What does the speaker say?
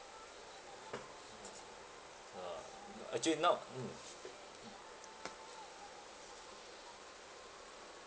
ah actually now mm